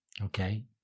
Okay